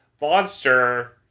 monster